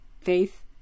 Faith